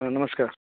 नमस्कार